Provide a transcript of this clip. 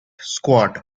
squad